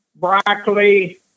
broccoli